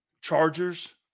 Chargers